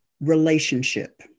Relationship